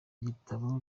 ibitabo